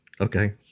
Okay